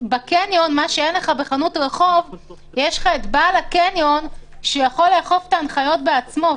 בקניון יש את בעל הקניון שיכול לאכוף את ההנחיות בעצמו,